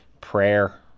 prayer